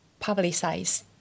publicize